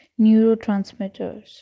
neurotransmitters